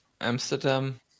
amsterdam